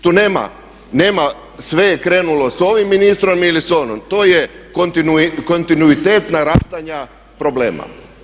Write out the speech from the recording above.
Tu nema sve je krenulo s ovim ministrom ili s onim, to je kontinuitet narastanja problema.